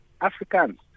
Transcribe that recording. Africans